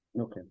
Okay